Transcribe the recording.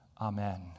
Amen